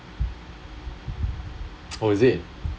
oh is it